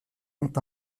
ont